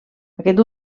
aquest